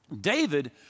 David